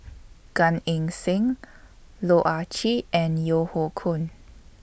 Gan Eng Seng Loh Ah Chee and Yeo Hoe Koon